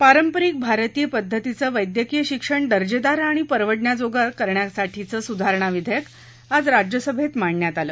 पारंपरिक भारतीय पद्धतीचं वैद्यकीय शिक्षण दर्जेदार आणि परवडण्याजोगं करण्यासाठीचं सुधारणा विधेयक आज राज्यसभेत मांडण्यात आलं